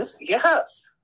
Yes